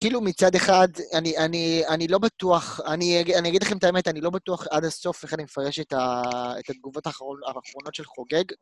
כאילו מצד אחד, אני לא בטוח... אני אגיד לכם את האמת, אני לא בטוח עד הסוף איך אני מפרש את התגובות האחרונות של חוגג.